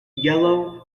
yellow